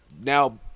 now